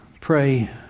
pray